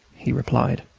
he replied.